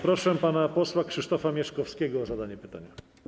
Proszę pana posła Krzysztofa Mieszkowskiego o zadanie pytania.